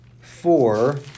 four